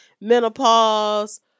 menopause